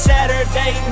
Saturday